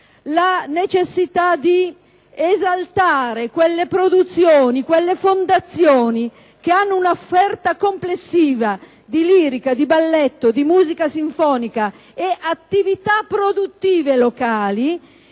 la necessità di esaltare quelle fondazioni che hanno un'offerta complessiva di lirica, di balletto, di musica sinfonica e attività produttive locali;